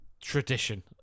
tradition